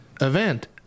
event